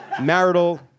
marital